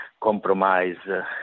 compromise